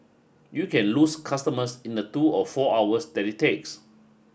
you can lose customers in the two or four hours that it takes